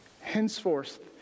Henceforth